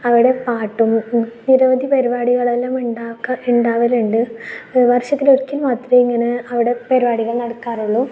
അവിടെ പാട്ടും നിരവധി പരിപാടികളെല്ലാം ഉണ്ടാക്കുക ഉണ്ടാവലുണ്ട് വർഷത്തിലൊരിക്കൽ മാത്രമേ ഇങ്ങനെ അവിടെ പരിപാടികൾ നടക്കാറുള്ളൂ